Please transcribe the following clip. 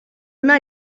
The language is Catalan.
una